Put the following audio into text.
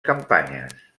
campanyes